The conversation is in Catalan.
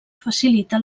facilita